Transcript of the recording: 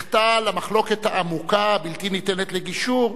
אחטא למחלוקת העמוקה, הבלתי-ניתנת לגישור,